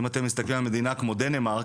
אם אתם מסתכלים על מדינה כמו דנמרק,